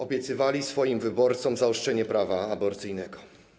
obiecywali swoim wyborcom zaostrzenie prawa aborcyjnego.